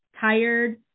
tired